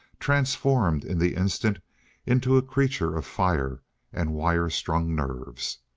transformed in the instant into a creature of fire and wire-strung nerves.